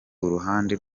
uruhande